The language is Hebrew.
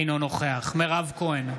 אינו נוכח מירב כהן,